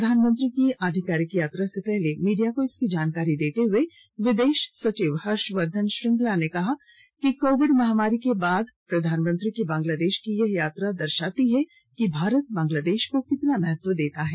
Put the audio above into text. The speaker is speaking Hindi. प्रधानमंत्री की आधिकारिक यात्रा से पहले मीडिया को इसकी जानकारी देते हुए विदेश सचिव हर्षवर्द्वन श्रृगंला ने कहा कि कोविड महामारी के बाद प्रधानमंत्री की बांग्लादेश की यात्रा यह दर्शाती है कि भारत बांग्लादेश को कितना महत्व देता है